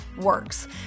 works